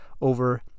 over